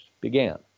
began